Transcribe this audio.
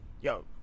yo